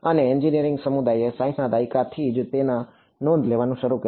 અને એન્જિનિયરિંગ સમુદાયે 60 ના દાયકાથી જ તેની નોંધ લેવાનું શરૂ કર્યું